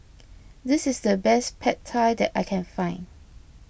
this is the best Pad Thai that I can find